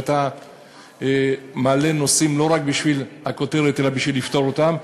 שאתה מעלה נושאים לא רק בשביל הכותרת אלא בשביל לפתור אותם,